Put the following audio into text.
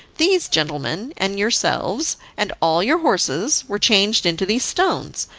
these gentlemen, and yourselves, and all your horses were changed into these stones,